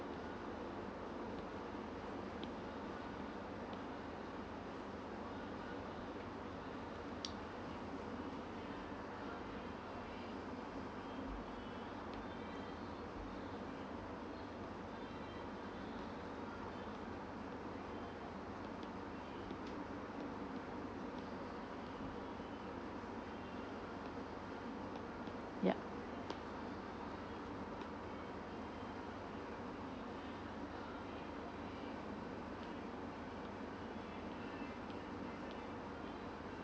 yup